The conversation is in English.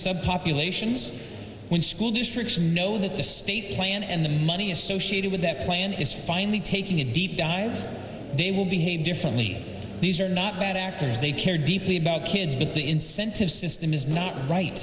sub populations when school districts know that the state plan and the money associated with that plan is finally taking a deep dive they will behave differently these are not bad actors they care deeply about kids because the incentive system is not right